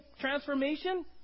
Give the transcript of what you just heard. transformation